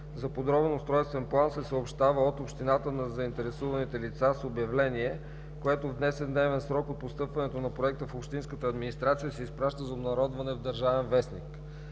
за подробен устройствен план се съобщава от общината на заинтересуваните лица с обявление, което в 10-дневен срок от постъпването на проекта в общинската администрация се изпраща за обнародване в „Държавен вестник”.